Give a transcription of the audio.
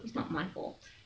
it's not my fault